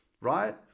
right